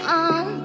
on